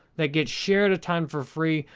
that gets shared a time for free,